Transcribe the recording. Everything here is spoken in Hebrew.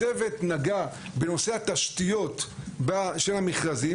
הצוות נגע בנושא התשתיות של המכרזים,